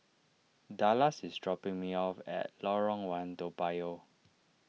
Dallas is dropping me off at Lorong one Toa Payoh